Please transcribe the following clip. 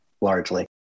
largely